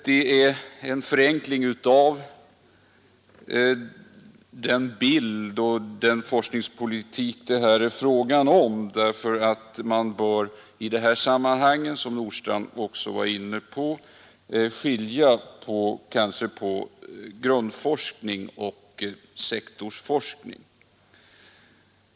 Det är en förenklad bild av den forskningspolitik det här är fråga om. Man bör i detta sammanhang, som herr Nordstrandh också var inne på, skilja mellan grundforskning och sektorsforskning.